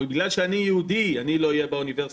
או בגלל שאני יהודי אני לא אלמד באוניברסיטה,